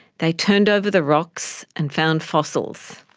they turned over the rocks and found fossils.